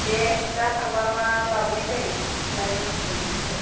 दे दा थांबा मा लाबोनाय जायो लायनांसिगोन इसे